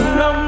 no